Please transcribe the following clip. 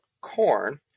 corn